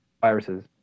viruses